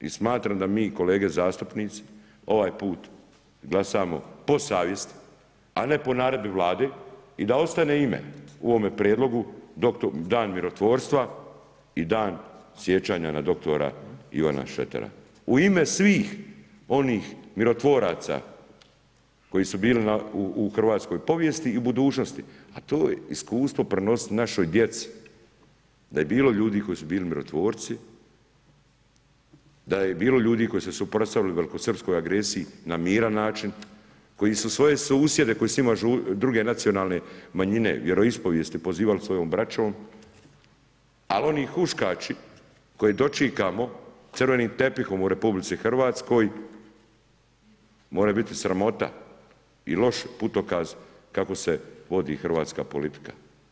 I smatram da mi kolege zastupnici ovaj put glasamo po savjesti a ne po naredbi Vlade i da ostane ime u ovome prijedlogu dan mirotvorstva i dan sjećanja na dr. Ivana Šretera, u ime svih onih mirotvoraca koji su bili u hrvatskoj povijesti i u budućnosti a to iskustvo prenositi našoj djeci da je bilo ljudi koji su bili mirotvorci, da je bilo ljudi koji su se suprotstavili velikosrpskoj agresiji na miran način, koji su svoje susjede koji su druge nacionalne manjine, vjeroispovijesti pozivali svojom braćom ali oni huškači koje dočekamo crvenim tepihom u RH može biti sramota i loš putokaz kako se vodi hrvatska politika.